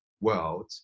world